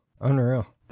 Unreal